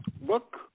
book